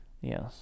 Yes